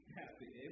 happy